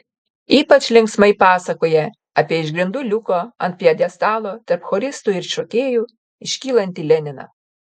ypač linksmai pasakoja apie iš grindų liuko ant pjedestalo tarp choristų ir šokėjų iškylantį leniną